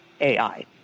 AI